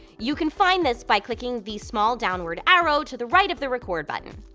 you can find this by clicking the small downward arrow to the right of the record button.